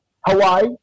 Hawaii